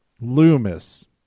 Loomis